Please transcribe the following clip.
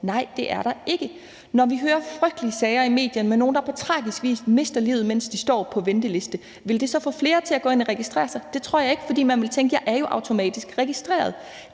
Nej, det er der ikke. Når vi hører frygtelige sager i medierne om nogle, der på tragisk vis mister livet, mens de står på venteliste, vil det så få flere til at gå ind og registrere sig? Det tror jeg ikke, fordi man vil tænke, at man jo er automatisk registreret.